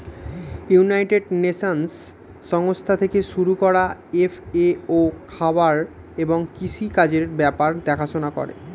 United Nations সংস্থা থেকে শুরু করা এফ.এ.ও খাবার এবং কৃষি কাজের ব্যাপার দেখাশোনা করে